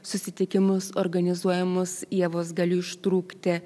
susitikimus organizuojamus ievos galiu ištrūkti